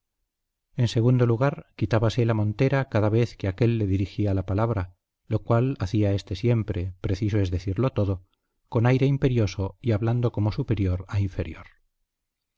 en segundo lugar quitábase la montera cada vez que aquél le dirigía la palabra lo cual hacía éste siempre preciso es decirlo todo con aire imperioso y hablando como superior a inferior